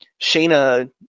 Shayna